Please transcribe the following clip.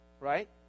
Right